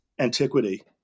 antiquity